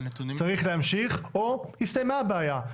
צריך להמשיך או הסתיימה הבעיה.